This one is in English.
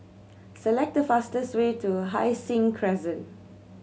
select the fastest way to Hai Sing Crescent